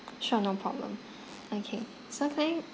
sure no problem okay so can I